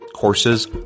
courses